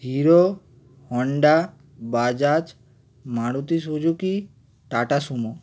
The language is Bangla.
hero Honda Bajaj Maruti Suzuki Tata Sumo